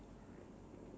oh